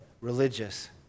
religious